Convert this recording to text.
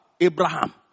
Abraham